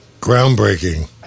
Groundbreaking